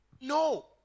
No